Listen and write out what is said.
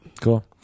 Cool